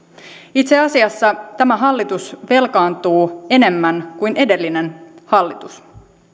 itse asiassa tämä hallitus velkaantuu enemmän kuin edellinen hallitus